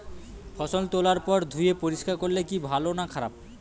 ফসল তোলার পর ধুয়ে পরিষ্কার করলে কি ভালো না খারাপ?